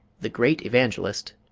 the great evangelist